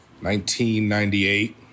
1998